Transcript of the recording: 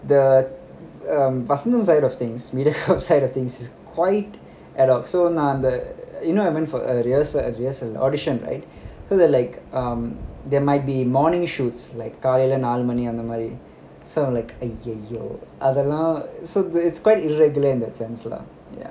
the um Vasantham side of things media side of things is quite abrupt so now that you know I went for a rehearsal uh rehearsal audition right so the like there might be morning shoots like காலைல நாலு மணி அந்த மாதிரி:kalaila naalu mani antha mathiri sort of like !aiyoyo! I was like so it's quite irregular in that sense lah